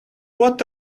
what